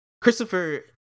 Christopher